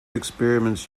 experiments